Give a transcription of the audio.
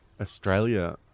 Australia